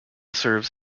serves